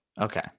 Okay